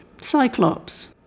Cyclops